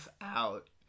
out